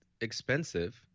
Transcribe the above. expensive